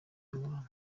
y’abantu